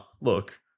look